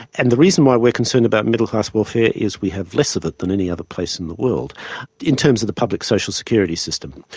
and the reason why we're concerned about middle-class welfare is we have less of it than any other place in the world in terms of the public social security system.